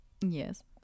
Yes